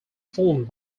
formed